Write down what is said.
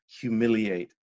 humiliate